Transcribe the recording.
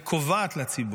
היא קובעת לציבור,